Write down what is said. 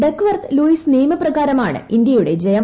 Duckworth Lewis നിയമപ്രകാരമാണ് ഇന്ത്യയുടെ ജയം